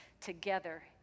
together